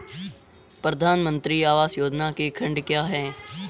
प्रधानमंत्री आवास योजना के खंड क्या हैं?